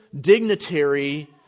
Dignitary